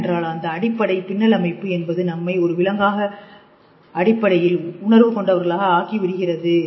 ஏனென்றால் அந்த அடிப்படை பின்னல் அமைப்பு என்பது நம்மை ஒரு விலங்காக அழகு அடிப்படையில் உணர்வு கொண்டவர்களாக ஆக்கிவிடுகிறது